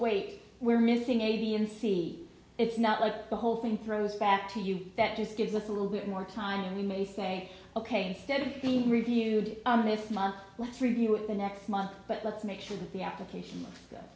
wait we're missing a b and c it's not like the whole thing throws back to you that just gives us a little bit more time and we may say ok instead of being reviewed this month let's review it the next month but let's make sure that the application